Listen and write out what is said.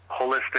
Holistic